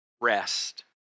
rest